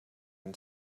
and